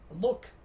look